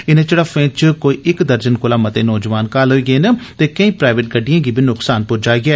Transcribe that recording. इनें झड़प्फें च कोई इक दर्जन कोला मते नौजवान घायल होए न ते केई प्राइवेट गडि्डएं गी बी नुकसान पुज्जा ऐ